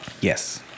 Yes